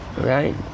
right